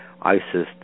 ISIS